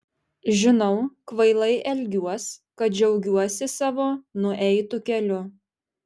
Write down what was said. žinau kvailai elgiuos kad džiaugiuosi savo nueitu keliu